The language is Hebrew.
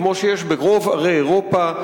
כמו שיש ברוב ערי אירופה.